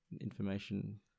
information